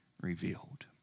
revealed